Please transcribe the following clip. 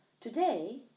Today